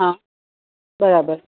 હા બરાબર